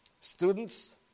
students